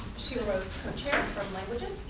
sheila rose co-chair from languages.